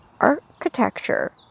architecture